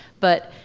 but